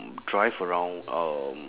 drive around um